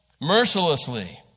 mercilessly